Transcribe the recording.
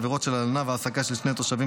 עבירות של הלנה והעסקה של שני תושבים